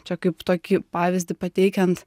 čia kaip tokį pavyzdį pateikiant